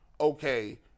okay